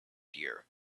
deer